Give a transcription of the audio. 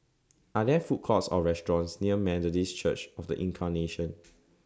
Are There Food Courts Or restaurants near Methodist Church of The Incarnation